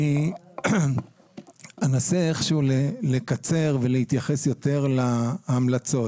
אני אנסה איך שהוא לקצר ולהתייחס יותר להמלצות.